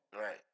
Right